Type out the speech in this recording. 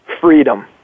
freedom